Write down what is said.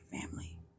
family